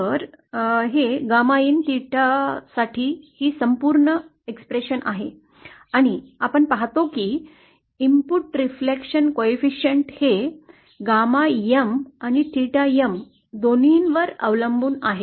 तर γ in 𝚹 साठी ही संपूर्ण अभिव्यक्ती आहे आणि आपण पाहतो की इनपुट प्रतिबिंब गुणांक हे γ M आणि 𝚹 M दोन्हीवर अवलंबून आहे